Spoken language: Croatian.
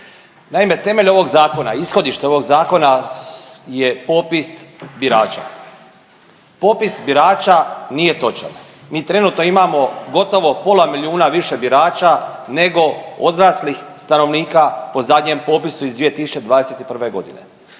Naime, temelj ovog zakona, ishodište ovog zakona je popis birača. Popis birača nije točan. Mi trenutno imamo gotovo pola milijuna više birača nego odraslih stanovnika po zadnjem popisu iz 2021. godine.